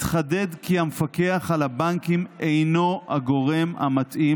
התחדד כי המפקח על הבנקים אינו הגורם המתאים